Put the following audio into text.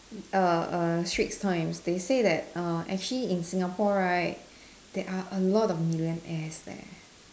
err err Straits times they say that uh actually in Singapore right there are a lot of millionaires leh